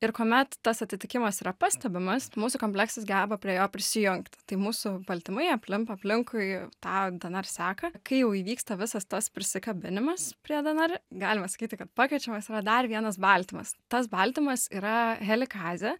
ir kuomet tas atitikimas yra pastebimas mūsų kompleksas geba prie jo prisijungti tai mūsų baltymai aplimpa aplinkui tą dnr seką kai jau įvyksta visas tas prisikabinimas prie dnr galime sakyti kad pakviečiamas yra dar vienas baltymas tas baltymas yra helikazė